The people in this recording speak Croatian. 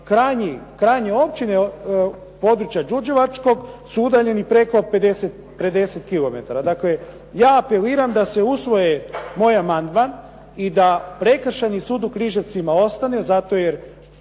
krajnje općine područja Đurđevačkog su udaljeni preko 50 km. Dakle, ja apeliram da se usvoji moj amandman i da prekršajni sud u Križevcima ostane zato jer